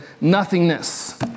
nothingness